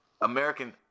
American